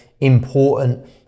important